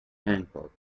hancock